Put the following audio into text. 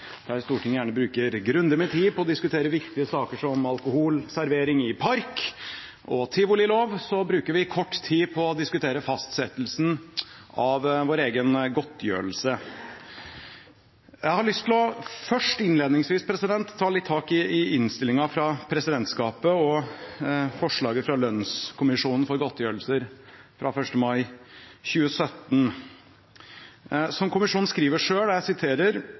Der Stortinget gjerne bruker grundig med tid på å diskutere viktige saker som alkoholservering i park og tivolilov, bruker vi kort tid på å diskutere fastsettelsen av vår egen godtgjørelse. Jeg har innledningsvis lyst til å ta litt tak i innstillingen fra presidentskapet og forslaget fra lønnskommisjonen for godtgjørelser fra 1. mai 2017. Som kommisjonen skriver